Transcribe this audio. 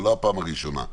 זאת לא הפעם הראשונה.